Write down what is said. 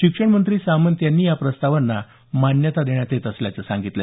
शिक्षणमंत्री सामंत यांनी या प्रस्तावांना मान्यता देण्यात येत असल्याचं सांगितलं